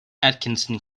atkinson